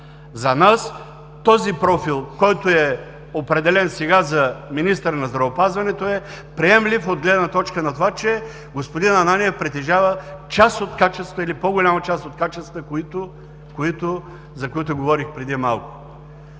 за нас този профил, който е определен сега за министър на здравеопазването, е приемлив от гледна точка на това, че господин Ананиев притежава част от качествата или по-голямата част от качествата, за които говорих преди малко.